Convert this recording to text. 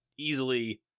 easily